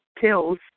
pills